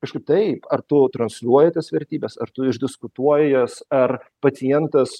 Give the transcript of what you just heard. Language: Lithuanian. kažkaip taip ar tu transliuoji tas vertybės ar tu išdiskutuoji jas ar pacientas